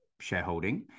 shareholding